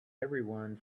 everyone